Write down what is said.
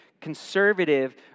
conservative